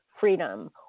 freedom